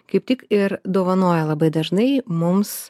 kaip tik ir dovanoja labai dažnai mums